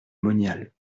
monial